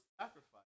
sacrifice